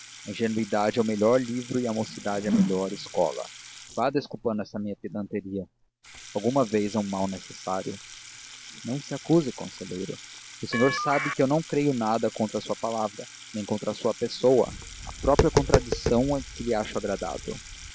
a ingenuidade é o melhor livro e a mocidade a melhor escola vá desculpando esta minha pedanteria alguma vez é um mal necessário não se acuse conselheiro o senhor sabe que eu não creio nada contra a sua palavra nem contra a sua pessoa a própria contradição que lhe acho é agradável